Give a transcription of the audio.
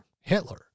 Hitler